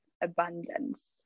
abundance